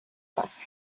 pasan